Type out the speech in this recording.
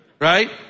Right